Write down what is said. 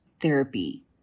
therapy